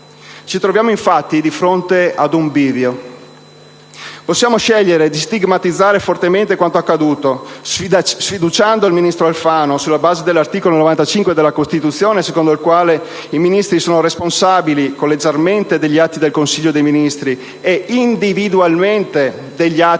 Ci troviamo infatti di fronte ad un bivio: possiamo scegliere di stigmatizzare fortemente quanto accaduto, sfiduciando il ministro Alfano sulla base dell'articolo 95 della Costituzione, secondo il quale «I Ministri sono responsabili collegialmente degli atti del Consiglio dei Ministri, e individualmente degli atti del loro dicasteri»,